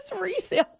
resale